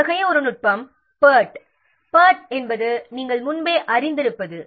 அத்தகைய ஒரு நுட்பம் பேர்ட் பேர்ட் என்பது நாம் முன்பே அறிந்திருப்பது